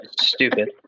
stupid